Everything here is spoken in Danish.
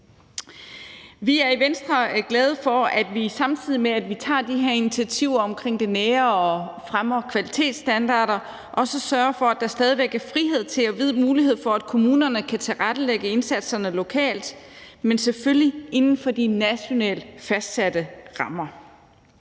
Venstre er vi glade for, at vi, samtidig med at vi tager de her initiativer omkring det nære sundhedsvæsen og fremmer kvalitetsstandarder, også sørger for, at der stadig væk er frihed til og vide muligheder for, at kommunerne kan tilrettelægge indsatserne lokalt, men selvfølgelig inden for de nationalt fastsatte rammer.